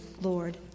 Lord